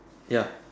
ya